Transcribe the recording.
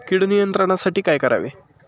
कीड नियंत्रणासाठी काय करावे?